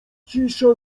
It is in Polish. cisza